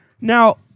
Now